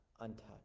untouched